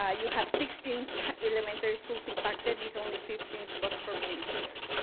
ah you had sixteen elementary schools impacted, with only fifteen spots for volunteers.